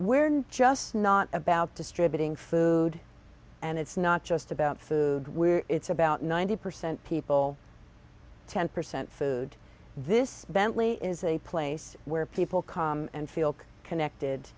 not just not about distributing food and it's not just about food we're about ninety percent people ten percent food this bently is a place where people come and feel connected